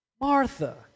Martha